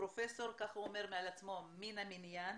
פרופסור מן המניין